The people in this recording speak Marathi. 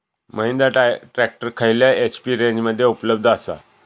महिंद्रा ट्रॅक्टर खयल्या एच.पी रेंजमध्ये उपलब्ध आसा?